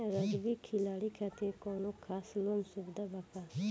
Rugby खिलाड़ी खातिर कौनो खास लोन सुविधा बा का?